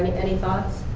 any thoughts?